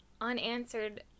unanswered